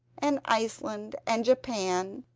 and iceland, and japan,